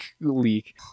leak